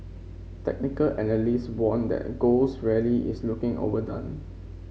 technical analysts warned that gold's rally is looking overdone